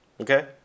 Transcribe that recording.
Okay